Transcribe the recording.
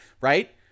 right